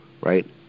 right